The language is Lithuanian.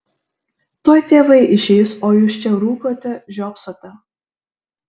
tuoj tėvai išeis o jūs čia rūkote žiopsote